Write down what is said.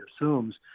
assumes